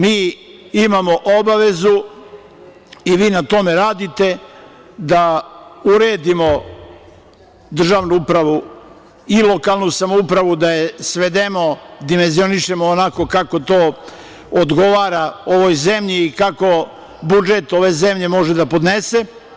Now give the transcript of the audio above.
Mi imamo obavezu i vi na tome radite da uredimo državu upravu i lokalnu samoupravu, da je svedemo, dimenzionišemo kako to odgovara ovoj zemlji i kako budžet ove zemlje može da podnese.